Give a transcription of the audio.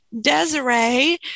Desiree